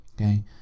Okay